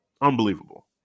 Unbelievable